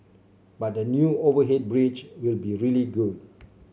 but the new overhead bridge will be really good